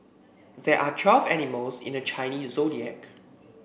there are twelve animals in the Chinese Zodiac